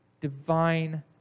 divine